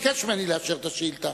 ביקש ממני לאשר את השאילתא.